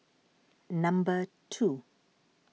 number two